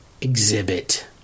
exhibit